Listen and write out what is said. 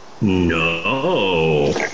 No